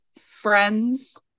friends